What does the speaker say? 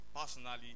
personally